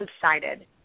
subsided